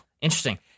interesting